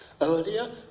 Earlier